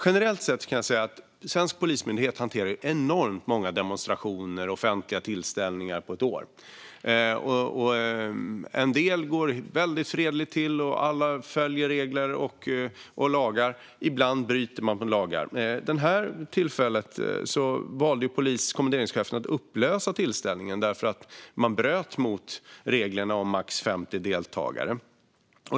Generellt sett kan jag säga att den svenska polismyndigheten hanterar enormt många demonstrationer och offentliga tillställningar under ett år. En del går väldigt fredligt till, och alla följer regler och lagar. Ibland bryts det mot lagar. Vid detta tillfälle valde kommenderingschefen att upplösa tillställningen därför att man bröt mot reglerna om maximalt 50 deltagare.